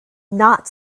not